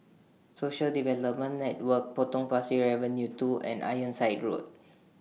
Social Development Network Potong Pasir Avenue two and Ironside Road